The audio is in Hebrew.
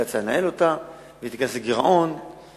הוא לא יצליח לנהל אותו, הוא ייכנס לגירעון וכו'.